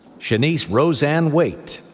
shanice rose-ann waite,